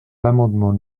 l’amendement